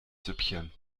süppchen